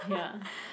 ya